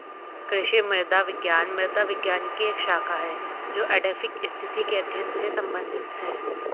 कृषि मृदा विज्ञान मृदा विज्ञान की एक शाखा है जो एडैफिक स्थिति के अध्ययन से संबंधित है